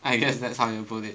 I guess that's how you put it